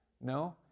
No